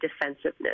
defensiveness